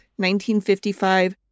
1955